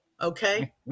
Okay